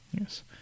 Yes